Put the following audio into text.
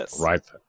right